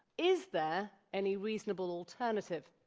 is there any reasonable alternative?